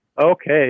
Okay